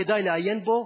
כדאי לעיין בו,